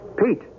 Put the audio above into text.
Pete